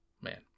man